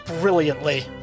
brilliantly